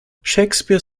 shakespeare